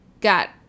got